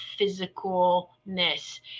physicalness